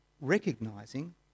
recognizing